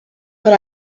but